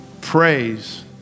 praise